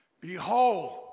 Behold